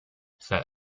set